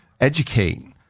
educate